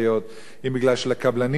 אם בגלל שלקבלנים לא כדאי.